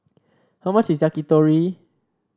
how much is Yakitori